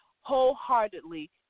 wholeheartedly